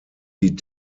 die